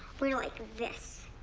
we're like this.